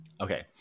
okay